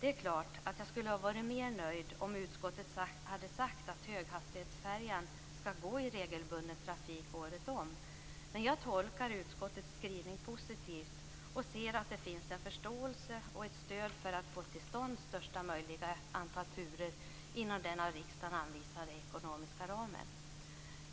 Det är klart att jag skulle ha varit mer nöjd om utskottet hade sagt att höghastighetsfärjan skall gå i regelbunden trafik året om, men jag tolkar utskottets skrivning positivt och ser att det finns en förståelse och ett stöd för att få till stånd största möjliga antal turer inom den av riksdagen anvisade ekonomiska ramen.